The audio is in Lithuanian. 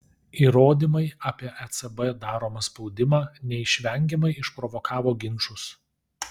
įrodymai apie ecb daromą spaudimą neišvengiamai išprovokavo ginčus